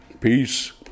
Peace